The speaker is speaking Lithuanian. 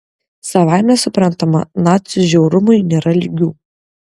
savaime suprantama nacių žiaurumui nėra lygių